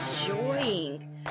enjoying